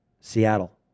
Seattle